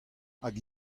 hag